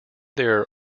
there